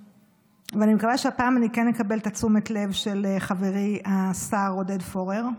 אני מקווה שהפעם אני כן אקבל את תשומת הלב של חברי השר עודד פורר.